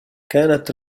كانت